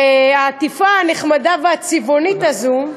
העטיפה הנחמדה והצבעונית הזאת,